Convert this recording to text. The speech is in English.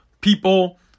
people